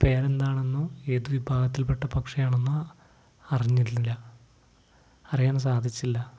പേരെന്താണെന്നും ഏതു വിഭാഗത്തിൽപ്പെട്ട പക്ഷയാാണന്നും അറിഞ്ഞിരുന്നില്ല അറിയാൻ സാധിച്ചില്ല